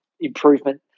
improvement